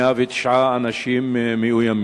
במחוז הצפון, 109 אנשים מאוימים.